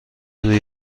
روی